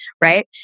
Right